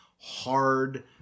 hard